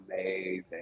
amazing